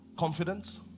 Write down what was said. Confidence